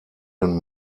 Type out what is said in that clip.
den